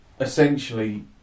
essentially